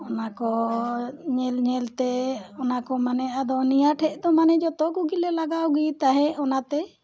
ᱚᱱᱟ ᱠᱚ ᱧᱮᱞ ᱧᱮᱞᱛᱮ ᱚᱱᱟᱠᱚ ᱢᱟᱱᱮ ᱟᱫᱚ ᱱᱤᱭᱟᱹ ᱴᱷᱮ ᱫᱚ ᱢᱟᱱᱮ ᱡᱷᱚᱛᱚ ᱠᱚᱜᱮᱞᱮ ᱞᱟᱜᱟᱣ ᱜᱮ ᱛᱟᱦᱮᱸᱫ ᱚᱱᱟᱛᱮ